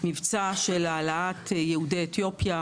- מבצע להעלאת יהודי אתיופיה.